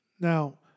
now